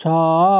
ଛଅ